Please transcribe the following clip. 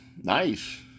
Nice